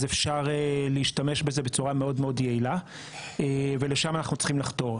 אפשר להשתמש בזה בצורה מאוד יעילה ולשם אנחנו צריכים לחתור.